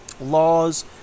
laws